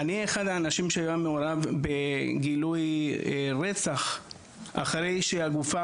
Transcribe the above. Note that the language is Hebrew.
אני אחד האנשים שהיה מעורב בגילוי רצח אחרי שהגופה